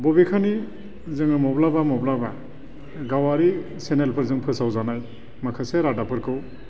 बबेखानि जोङो माब्लाबा माब्लाबा गावारि चेनेलफोरजों फोसावजानाय माखासे रादाबफोरखौ